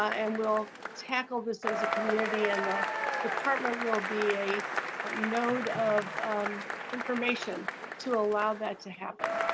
and we'll tackle this as a community. and the department will be a a node of information to allow that to happen.